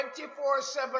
24-7